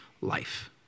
life